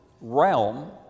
realm